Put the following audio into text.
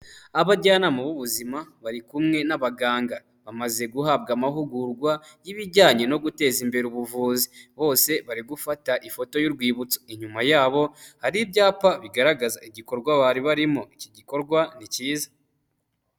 Abajyanama b'ubuzima bari kumwe n'abaganga, bamaze guhabwa amahugurwa y'ibijyanye no guteza imbere ubuvuzi, bose bari gufata ifoto y'urwibutso, inyuma yabo hari ibyapa bigaragaza igikorwa bari barimo. Iki gikorwa ni cyiza.